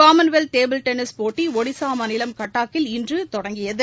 Commonwealth table tennis போட்டிகள் ஒடிசா மாநிலம் கட்டாக்கில் இன்று தொடங்கியது